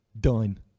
done